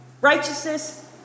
Righteousness